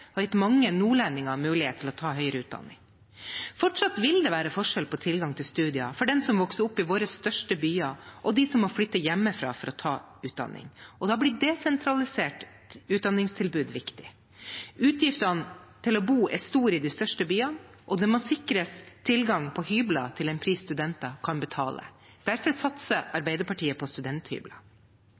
universitet, har gitt mange nordlendinger mulighet til å ta høyere utdanning. Fortsatt vil det være forskjell på tilgang til studier for dem som vokser opp i våre største byer, og dem som må flytte hjemmefra for å ta utdanning. Da blir desentralisert utdanningstilbud viktig. Utgiftene til å bo er store i de største byene, og det må sikres tilgang på hybler til en pris studenter kan betale. Derfor satser Arbeiderpartiet på studenthybler.